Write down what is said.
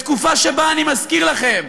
בתקופה שבה, אני מזכיר לכם,